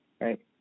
Right